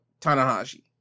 Tanahashi